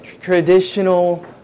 traditional